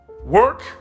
Work